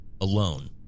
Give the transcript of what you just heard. alone